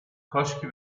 کاشکی